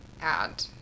add